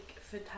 food